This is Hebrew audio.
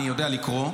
אני יודע לקרוא.